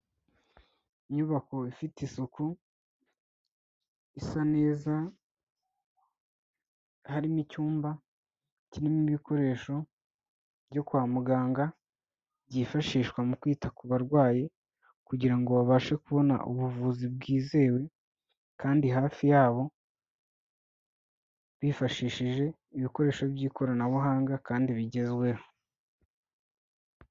Inyubako ifite isuku, isa neza harimo icyumba kirimo ibikoresho byo kwa muganga byifashishwa mu kwita ku barwayi kugira ngo babashe kubona ubuvuzi bwizewe kandi hafi yabo, bifashishije ibikoresho by'ikoranabuhanga kandi bigezweho.